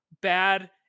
bad